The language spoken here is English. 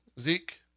zeke